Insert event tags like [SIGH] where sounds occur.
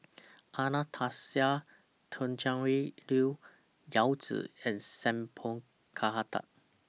[NOISE] Anastasia Tjendri Liew Yao Zi and Sat Pal Khattar